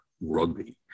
rugby